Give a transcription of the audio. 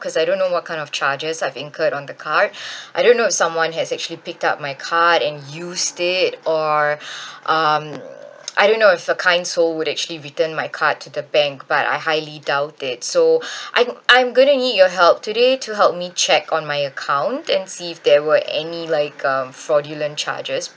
cause I don't know what kind of charges I've incurred on the card I don't know if someone has actually picked up my card and used it or um I don't know if a kind soul would actually return my card are you know if a kind soul would actually return my card to the bank but I highly doubt it so I'm I'm going to need your help today to help me check on my account and see if there were any like um fraudulent charges